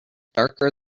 darker